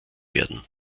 werden